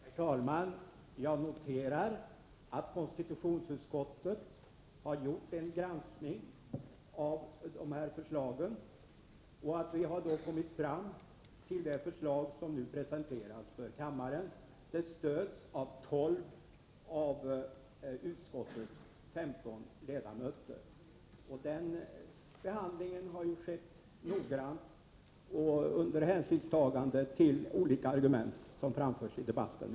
Herr talman! Jag vill erinra om att konstitutionsutskottet har gjort en granskning av förslagen och att vi då har kommit fram till det förslag som nu presenteras för kammaren. Det stöds av tolv av utskottets femton ledamöter. Denna behandling har skett noggrant och under hänsynstagande till olika argument som framförts i debatten.